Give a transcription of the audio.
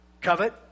Covet